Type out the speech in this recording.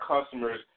customers